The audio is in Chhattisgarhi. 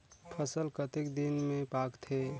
फसल कतेक दिन मे पाकथे?